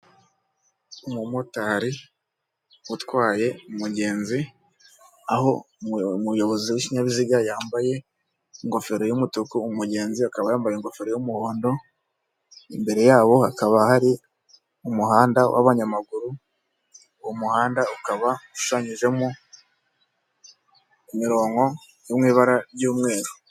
Umumotari utwaye umugenzi aho umuyobozi w'ikinyabiziga yambaye ingofero y'umutuku, umugenzi akaba yambaye ingofero y'umuhondo, imbere yabo hakaba hari umuhanda w'abanyamaguru, uwo umuhanda ukaba ushushanyijemo imironko yo mu ibara ry'umweru.